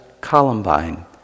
Columbine